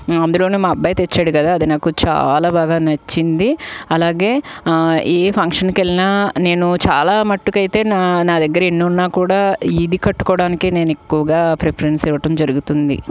అందులోని మా అబ్బాయి తెచ్చాడు కదా అది నాకు చాలా బాగా నచ్చింది అలాగే ఏ ఫంక్షన్కి వెళ్ళినా నేను చాలా మట్టుకు అయితే నా దగ్గర ఎన్ని ఉన్నా కూడా ఇది కట్టుకోవడానికి నేను ఎక్కువగా ప్రిఫరెన్స్ ఇవ్వటం జరుగుతుంది